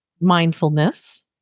mindfulness